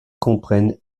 comprennent